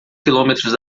quilômetros